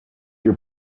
your